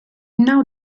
now